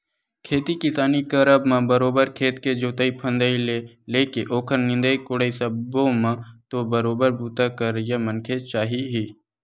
खेती किसानी करब म बरोबर खेत के जोंतई फंदई ले लेके ओखर निंदई कोड़ई सब्बो म तो बरोबर बूता करइया मनखे चाही ही